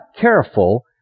careful